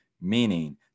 meaning